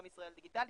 גם ישראל דיגיטלית,